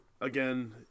Again